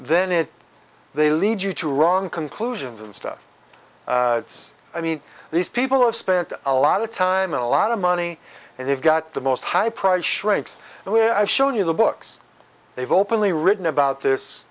it they lead you to wrong conclusions and stuff it's i mean these people have spent a lot of time a lot of money and they've got the most high priced shrinks and when i show you the books they've openly written about this